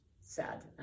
sad